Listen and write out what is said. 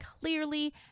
clearly